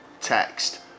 text